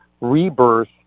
rebirth